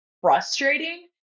frustrating